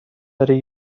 داری